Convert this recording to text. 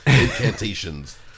incantations